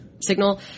signal